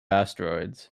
asteroids